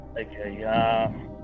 Okay